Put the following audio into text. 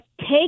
take